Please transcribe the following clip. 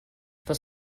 was